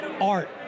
art